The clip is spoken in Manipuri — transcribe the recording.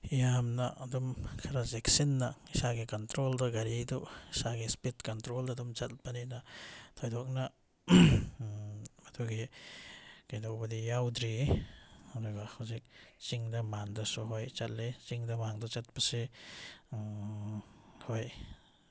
ꯌꯥꯝꯅ ꯑꯗꯨꯝ ꯈꯔ ꯆꯦꯛꯁꯤꯟꯅ ꯏꯁꯥꯒꯤ ꯀꯟꯇ꯭ꯔꯣꯜꯗ ꯒꯥꯔꯤꯗꯨ ꯏꯁꯥꯒꯤ ꯏꯁꯄꯤꯠ ꯀꯟꯇ꯭ꯔꯣꯜꯗ ꯑꯗꯨꯝ ꯆꯠꯄꯅꯤꯅ ꯊꯣꯏꯗꯣꯛꯅ ꯑꯗꯨꯒꯤ ꯀꯩꯗꯧꯕꯗꯤ ꯌꯥꯎꯗ꯭ꯔꯤ ꯑꯗꯨꯒ ꯍꯧꯖꯤꯛ ꯆꯤꯡꯗ ꯃꯥꯟꯗꯁꯨ ꯍꯣꯏ ꯆꯠꯂꯦ ꯆꯤꯡꯗ ꯃꯥꯟꯗ ꯆꯠꯄꯁꯦ ꯍꯣꯏ